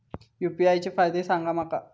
UPI चे फायदे सांगा माका?